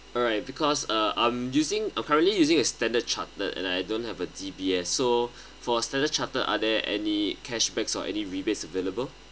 alright because uh I'm using currently using a standard chartered and I don't have a D_B_S so for standard chartered are there any cashbacks or any rebates available